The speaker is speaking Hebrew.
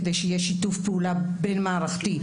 כדי שיהיה שיתוף פעולה בין מערכתי,